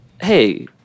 Hey